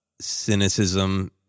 cynicism